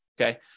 Okay